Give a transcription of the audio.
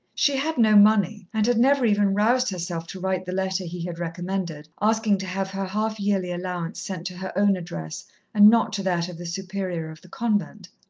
she had no money, and had never even roused herself to write the letter he had recommended, asking to have her half-yearly allowance sent to her own address and not to that of the superior of the convent.